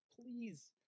Please